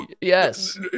yes